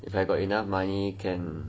if I got enough money can